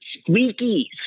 squeaky